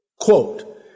quote